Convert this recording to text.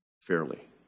fairly